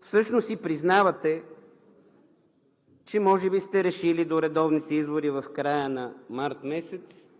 всъщност си признавате, че може би сте решили до редовните избори в края на март месец